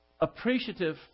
appreciative